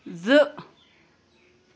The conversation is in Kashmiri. زٕ